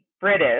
British